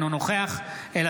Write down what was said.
אינו נוכח קטי קטרין שטרית,